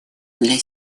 для